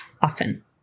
often